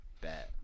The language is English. Bad